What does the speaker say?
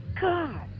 God